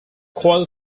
coil